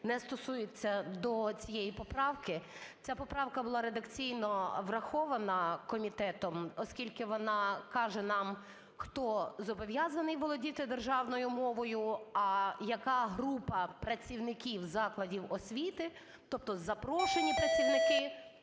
не стосується до цієї поправки. Ця поправка була редакційно врахована комітетом, оскільки вона каже нам, хто зобов'язаний володіти державною мовою. А яка група працівників закладів освіти, тобто запрошені працівники,